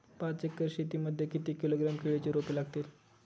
पाच एकर शेती मध्ये किती किलोग्रॅम केळीची रोपे लागतील?